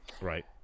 right